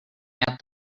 add